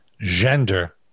Gender